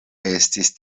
estis